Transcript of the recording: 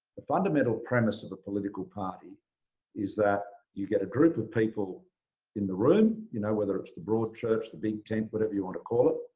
the fundamental premise of the political party is that you get a group of people in the room, you know whether it's the broad church, the big tent, whatever you want to call it.